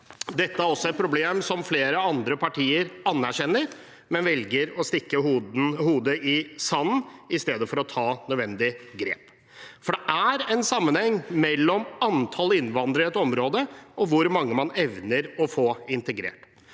Dette er også et problem som flere andre partier anerkjenner, men de velger å stikke hodet i sanden i stedet for å ta nødvendige grep. Det er en sammenheng mellom antall innvandrere i et område og hvor mange man evner å få integrert.